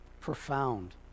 Profound